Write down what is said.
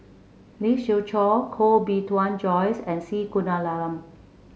Lee Siew Choh Koh Bee Tuan Joyce and C Kunalan